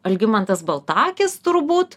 algimantas baltakis turbūt